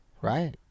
Right